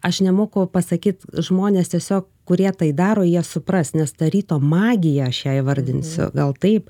aš nemoku pasakyt žmonės tiesiog kurie tai daro jie supras nes ta ryto magija aš ją įvardinsiu gal taip